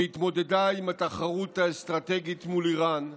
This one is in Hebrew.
שהתמודדה עם התחרות האסטרטגית מול איראן,